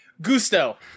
Gusto